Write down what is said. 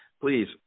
please